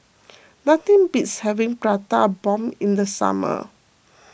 nothing beats having Prata Bomb in the summer